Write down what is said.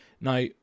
Now